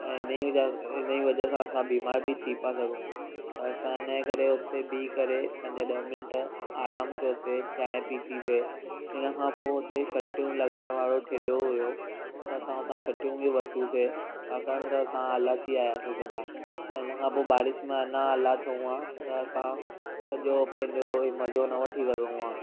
ऐं हिन ई हिन ई वजह सां असां बीमार बि थी पिया सघूं त असां हिनजे करे उते बीहु करे पंज ॾह मिंट आरामु कयोसीं चांहि पीतीसीं हिन खां पोइ उते छटियूं लॻाइण वारो ठेलो हुओ त असां उतां छटियूं बि वरितियूंसीं से छाकाणि त असां आला थी आयासीं सॼा हिन खां पोइ बारिश में अञा आला थियूं हा त असां सॼो पंहिंजो मज़ो न वठी सघूं हा